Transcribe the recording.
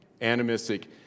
animistic